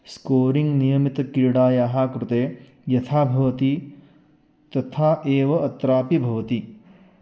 scoring नियमितक्रीडायाः कृते यथा भवति तथा एव अत्रापि भवति